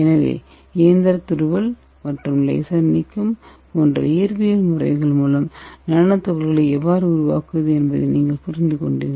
எனவே இயந்திர துருவல் மற்றும் லேசர் நீக்கம் போன்ற இயற்பியல் முறைகள் மூலம் நானோ துகள்களை எவ்வாறு உருவாக்குவது என்பதை நீங்கள் புரிந்துகொண்டீர்கள்